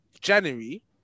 January